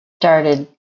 started